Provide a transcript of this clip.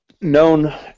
known